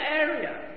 area